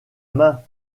main